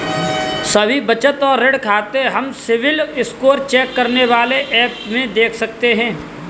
सभी बचत और ऋण खाते हम सिबिल स्कोर चेक करने वाले एप में देख सकते है